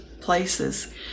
places